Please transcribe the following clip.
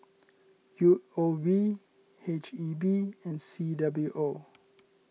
U O B H E B and C W O